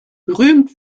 gerühmt